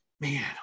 Man